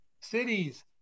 cities